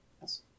Yes